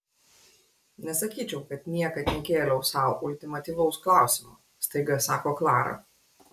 nesakyčiau kad niekad nekėliau sau ultimatyvaus klausimo staiga sako klara